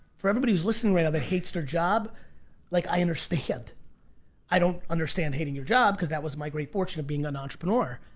for everybody who's listening right now that hates their job like i understand i don't understand hating your job cause that was my great fortune of being an entrepreneur,